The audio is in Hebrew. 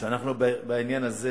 אני בהחלט חושב שאנחנו בעניין הזה